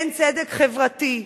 אין צדק חברתי.